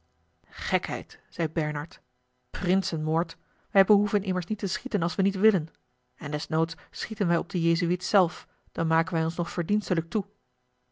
gekheid zeî bernard prinsenmoord wij behoeven immers niet te schieten als we niet willen en desnoods schieten wij op den jezuïet zelf dan maken wij ons nog verdienstelijk toe